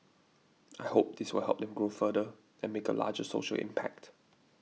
I hope this will help them grow further and make a larger social impact